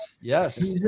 Yes